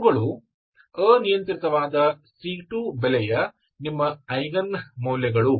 ಇವುಗಳು ಅನಿಯಂತ್ರಿತವಾದ c2 ಬೆಲೆಯ ನಿಮ್ಮ ಐಗನ್ ಮೌಲ್ಯಗಳು